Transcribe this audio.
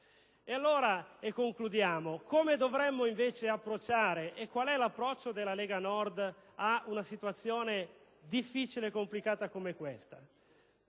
E allora, come dovremmo approcciare - e qual è l'approccio della Lega Nord - una situazione difficile e complicata come questa?